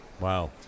Wow